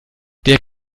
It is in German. der